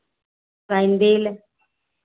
sandal